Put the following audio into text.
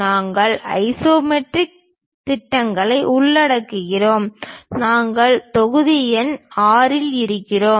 நாங்கள் ஐசோமெட்ரிக் திட்டங்களை உள்ளடக்குகிறோம் நாங்கள் தொகுதி எண் 6 இல் இருக்கிறோம்